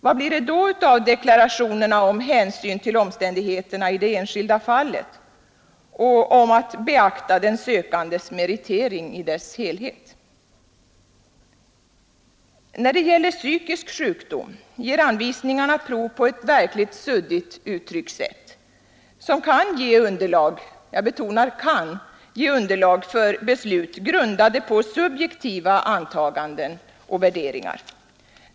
Vad blir det då av deklarationerna om ”hänsyn till omständigheterna i det enskilda fallet” och om att ”beakta den sökandes meritering i dess helhet”? När det gäller psykisk sjukdom ger anvisningarna prov på ett verkligt suddigt uttryckssätt, som kan ge underlag — jag betonar kan — för beslut grundade på subjektiva antaganden och värderingar.